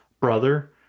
brother